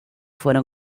fueron